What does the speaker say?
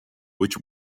which